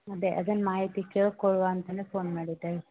ಅದೇ ಅದೊಂದು ಮಾಹಿತಿ ಕೇಳಿಕೊಳ್ಳುವ ಅಂತಲೇ ಫೋನ್ ಮಾಡಿದ್ದೆ